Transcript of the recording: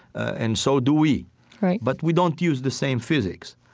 and so do we right but we don't use the same physics.